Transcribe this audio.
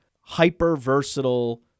hyper-versatile